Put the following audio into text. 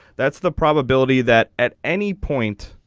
that's the probability that at any point.